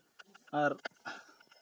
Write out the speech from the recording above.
ᱟᱨ